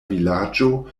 vilaĝo